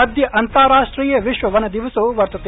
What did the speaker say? अद्य अन्ताराष्ट्रिय विश्व वन दिवसो वर्तते